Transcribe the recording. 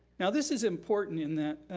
now this is important in that